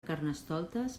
carnestoltes